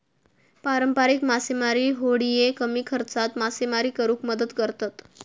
पारंपारिक मासेमारी होडिये कमी खर्चात मासेमारी करुक मदत करतत